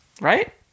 right